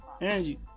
Angie